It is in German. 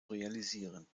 realisieren